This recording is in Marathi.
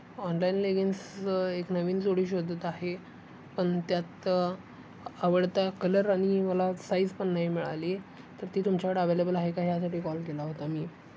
ऑनलाईन लेगिन्स एक नवीन जोडी शोधत आहे पण त्यात आवडता कलर आणि मला साईज पण नाही मिळाली तर ती तुमच्याकडं अवेलेबल आहे का यासाठी कॉल केला होता मी